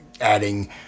adding